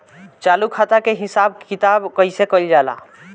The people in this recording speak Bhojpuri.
चालू खाता के हिसाब किताब कइसे कइल जाला?